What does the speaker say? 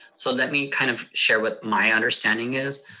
so let me kind of share what my understanding is.